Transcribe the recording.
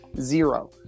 Zero